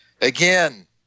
Again